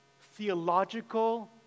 theological